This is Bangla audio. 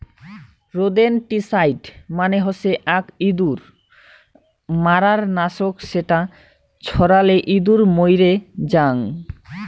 রোদেনটিসাইড মানে হসে আক ইঁদুর মারার নাশক যেটা ছড়ালে ইঁদুর মইরে জাং